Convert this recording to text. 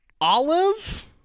Olive